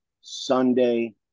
Sunday